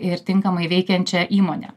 ir tinkamai veikiančią įmonę